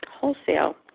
wholesale